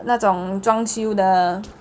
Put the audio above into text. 那种装修的